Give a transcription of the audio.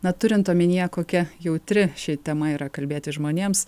na turint omenyje kokia jautri ši tema yra kalbėti žmonėms